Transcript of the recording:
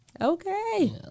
Okay